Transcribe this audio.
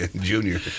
Junior